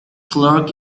clark